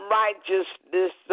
righteousness